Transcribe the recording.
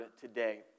today